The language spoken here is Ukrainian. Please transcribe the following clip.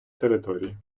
території